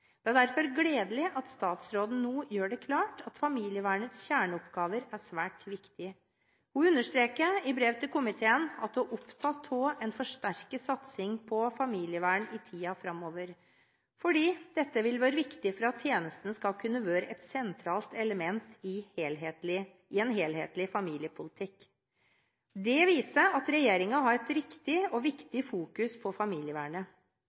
Det er derfor gledelig at statsråden nå gjør det klart at familievernets kjerneoppgaver er svært viktige. Hun understreker i brev til komiteen at hun er opptatt av en forsterket satsing på familievern i tiden framover, fordi dette vil være viktig for at tjenesten skal kunne være et sentralt element i en helhetlig familiepolitikk. Det viser at regjeringen har et riktig og viktig fokus på familievernet.